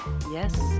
Yes